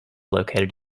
located